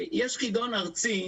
יש חידון ארצי